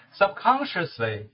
subconsciously